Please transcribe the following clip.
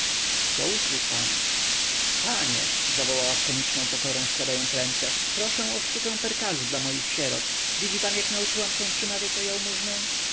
do usług pani panie zawołała z komiczną pokorą składając ręce proszę o sztukę perkalu dla moich sierot widzi pan jak nauczyłam się przymawiać o jałmużnę